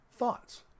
Thoughts